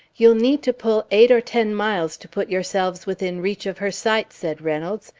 you'll need to pull eight or ten miles to put your selves within reach of her sight, said reynolds.